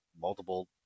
multiple